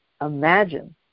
Imagine